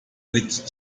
with